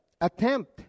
attempt